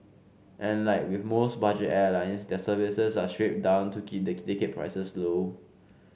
and like with most budget airline their services are stripped down to keep the ticket prices low